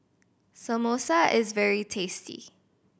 samosa is very tasty